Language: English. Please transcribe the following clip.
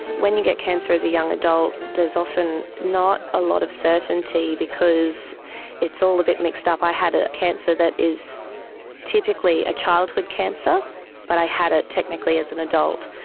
when you get cancer as a young adult, there is often not a lot of certainty because it's all a bit mixed up. i had a cancer that is typically a childhood cancer but i had it technically as an adult.